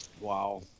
Wow